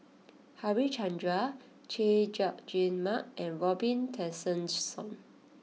Harichandra Chay Jung Jun Mark and Robin Tessensohn